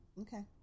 Okay